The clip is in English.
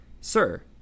Sir